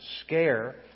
scare